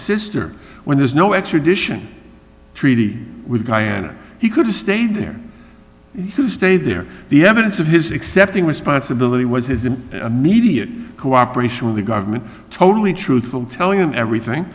sister when there's no extradition treaty with guyana he could have stayed there you stay there the evidence of his accepting responsibility was as an immediate cooperation with the government totally truthful telling him everything